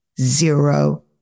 Zero